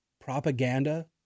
propaganda